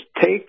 Take